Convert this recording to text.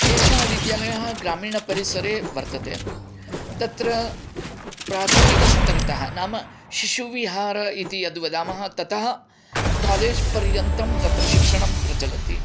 एषः विद्यालयः ग्रामीणपरिसरे वर्तते तत्र प्राथमिकस्तरतः नाम शिशुविहार इति यद्वदामः ततः कालेज् पर्यन्तं तत्र शिक्षणं प्रचलति